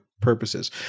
purposes